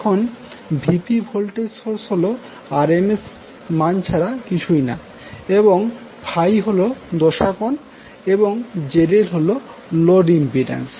এখানে Vpভোল্টেজ সোর্স হল RMS মান ছাড়া কিছুই না এবং ∅ হল দশা কোন এবং ZLহলো লোড ইম্পিড্যান্স